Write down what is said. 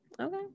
Okay